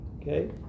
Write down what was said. Okay